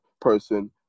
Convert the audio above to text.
person